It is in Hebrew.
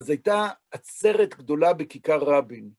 זו הייתה עצרת גדולה בכיכר רבין.